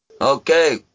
Okay